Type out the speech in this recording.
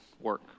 work